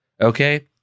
Okay